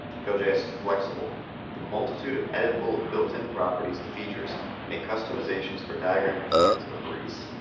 gojs is flexible the multitude of editable built-in properties and features make customizations for diagram components a breeze.